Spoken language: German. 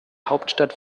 hauptstadt